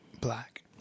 black